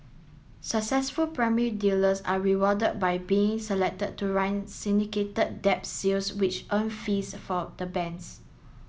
successful primary dealers are rewarded by being selected to run syndicated debt sales which earn fees for the banks